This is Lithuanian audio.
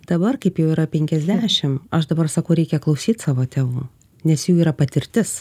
dabar kaip jau yra penkiasdešim aš dabar sakau reikia klausyt savo tėvų nes jų yra patirtis